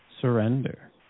Surrender